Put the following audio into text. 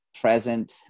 present